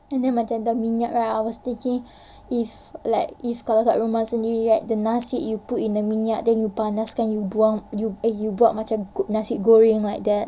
and then macam the minyak right I was thinking if like if kalau kat rumah sendiri right the nasi you put in the minyak then you panaskan you buang you buat macam nasi goreng like that